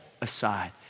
aside